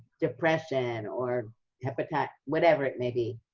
depression or hepatitis whatever it may be.